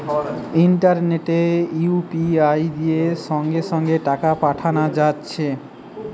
ইন্টারনেটে ইউ.পি.আই দিয়ে সঙ্গে সঙ্গে টাকা পাঠানা যাচ্ছে